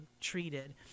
treated